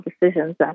decisions